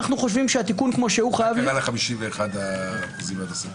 מה קרה ל-51% הנוספים?